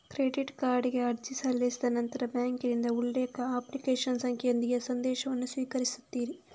credit ಕಾರ್ಡಿಗೆ ಅರ್ಜಿ ಸಲ್ಲಿಸಿದ ನಂತರ ಬ್ಯಾಂಕಿನಿಂದ ಉಲ್ಲೇಖ, ಅಪ್ಲಿಕೇಶನ್ ಸಂಖ್ಯೆಯೊಂದಿಗೆ ಸಂದೇಶವನ್ನು ಸ್ವೀಕರಿಸುತ್ತೀರಿ